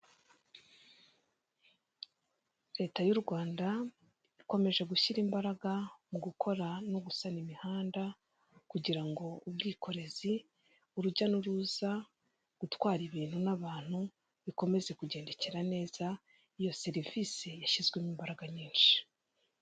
Leta y'u Rwanda ikomeje gushyira imbaraga mu gukora no gusana imihanda, kugirango ubwikorezi, urujya n'uruza, gutwara ibintu n'abantu bikomeze kugendekera neza. Iyo serivise yashyizwemo imbaraga nyinshi.